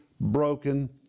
broken